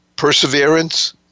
perseverance